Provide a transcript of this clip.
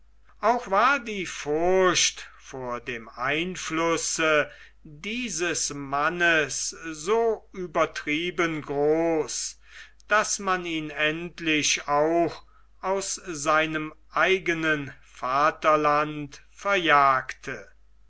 auch war die furcht vor dem einflusse dieses mannes so übertrieben groß daß man ihn endlich auch aus seinem eigenen vaterland verjagte